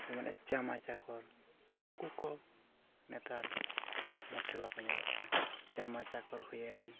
ᱡᱮᱢᱚᱱ ᱪᱟᱢᱟᱪᱟᱠᱚᱨ ᱱᱩᱠᱩ ᱠᱚ ᱱᱮᱛᱟᱨ ᱢᱳᱴᱷᱮ ᱵᱟᱠᱚ ᱧᱮᱞᱚᱜ ᱠᱟᱱᱟ ᱪᱟᱢᱟᱪᱟᱠᱚᱨ ᱦᱩᱭᱮᱱ